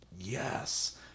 yes